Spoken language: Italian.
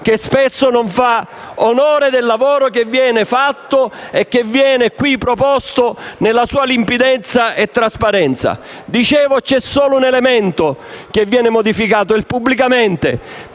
che spesso non fa onore al lavoro che viene fatto e che viene qui proposto nella sua limpidezza e trasparenza. Dicevo che c'è solo un elemento che viene modificato, l'avverbio «pubblicamente».